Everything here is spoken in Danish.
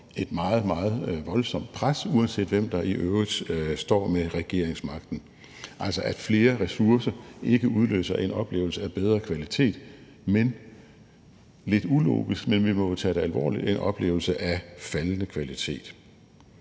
et meget, meget voldsomt pres, uanset hvem der i øvrigt står med regeringsmagten, altså at flere ressourcer ikke udløser en oplevelse af bedre kvalitet, men – og det er lidt ulogisk, men vi må jo tage det alvorligt – en oplevelse af faldende kvalitet.